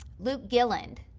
luke gilland,